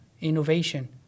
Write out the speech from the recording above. innovation